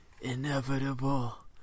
inevitable